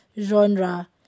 genre